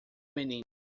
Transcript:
menino